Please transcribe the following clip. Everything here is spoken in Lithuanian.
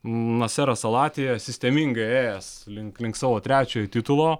naseras al atija sistemingai ėjęs link link savo trečiojo titulo